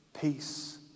peace